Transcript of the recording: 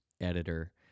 editor